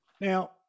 Now